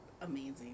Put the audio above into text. amazing